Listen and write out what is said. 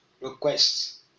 requests